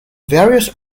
various